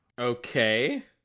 Okay